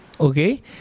Okay